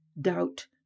doubt